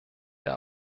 der